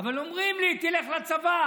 אבל אומרים לי: תלך לצבא,